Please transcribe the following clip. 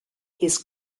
his